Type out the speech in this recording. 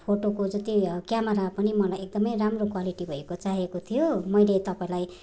फोटोको जति क्यामेरा पनि मलाई एकदमै राम्रो क्वालिटी भएको चाहिएको थियो मैले तपाईँलाई